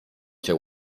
cię